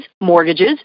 mortgages